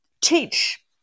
teach